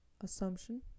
assumption